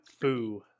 foo